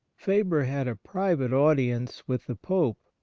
faber had a private audience with the pope,